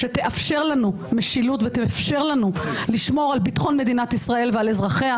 שתאפשר לנו משילות ותאפשר לנו לשמור על ביטחון מדינת ישראל ועל אזרחיה,